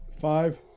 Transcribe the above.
Five